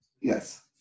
Yes